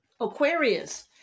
Aquarius